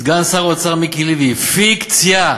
סגן שר האוצר מיקי לוי, פיקציה.